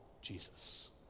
Jesus